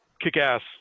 kick-ass